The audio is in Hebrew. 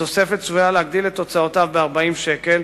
התוספת צפויה להגדיל את הוצאותיו ב-40 שקל,